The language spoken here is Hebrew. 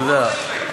אתה יודע,